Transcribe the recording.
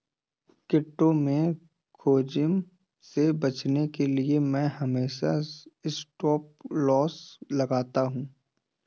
crypto में जोखिम से बचने के लिए मैं हमेशा स्टॉपलॉस लगाता हूं